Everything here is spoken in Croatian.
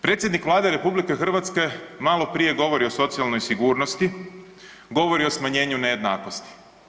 Predsjednik Vlade RH maloprije govori o socijalnoj sigurnosti, govori o smanjenju nejednakosti.